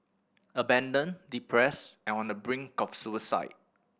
abandoned depressed and on the brink of suicide